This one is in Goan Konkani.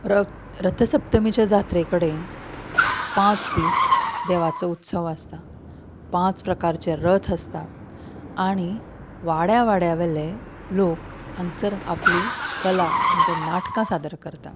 रथसप्तमितीच्या जात्रे कडेन पांच दीस देवाचो उत्सव आसता पांच प्रकाराचे रथ आसतात आनी वाड्या वाड्या वेले लोक हांगासर आपली कला म्हणजे नाटकां सादर करतात